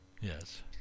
yes